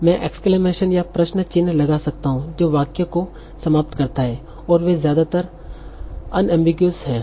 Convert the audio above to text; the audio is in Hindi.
मैं एक्सक्लैमशन या प्रश्न चिह्न लगा सकता हूं जो वाक्य को समाप्त करता है और वे ज्यादातर अनएमबीगिउस हैं